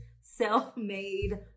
self-made